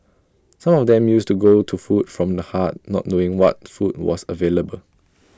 some of them used to go to food from the heart not knowing what food was available